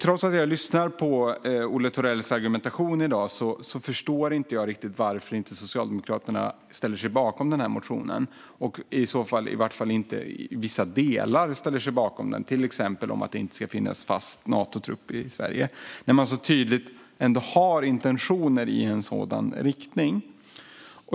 Trots att jag lyssnar på Olle Thorells argumentation i dag förstår jag inte riktigt varför Socialdemokraterna inte ställer sig bakom den här motionen och varför de inte ställer sig bakom i alla fall vissa delar, till exempel om att det inte ska finnas fast Natotrupp i Sverige. De har ändå tydliga intentioner i en sådan riktning.